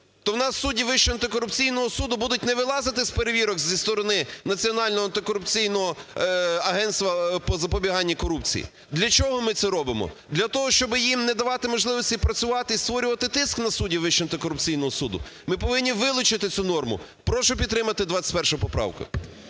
То в нас судді Вищого антикорупційного суду будуть не вилазити з перевірок зі сторони Національного антикорупційного... агентства по запобіганню корупції? Для чого ми це робимо? Для того, щоби їм не давати можливості працювати і створювати тиск на суддів Вищого антикорупційного суду? Ми повинні вилучити цю норму. Прошу підтримати 21 поправку.